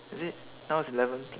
is it now is eleven